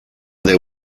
their